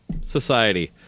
society